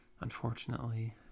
unfortunately